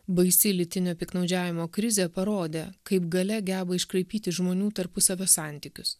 baisi lytinio piktnaudžiavimo krizė parodė kaip galia geba iškraipyti žmonių tarpusavio santykius